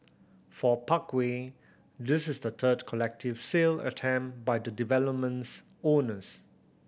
for Parkway this is the third collective sale attempt by the development's owners